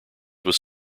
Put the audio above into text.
was